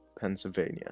Pennsylvania